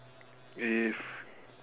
if